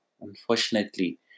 unfortunately